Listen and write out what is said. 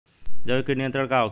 जैविक कीट नियंत्रण का होखेला?